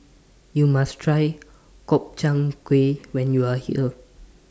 YOU must Try Gobchang Gui when YOU Are here